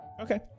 Okay